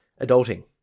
adulting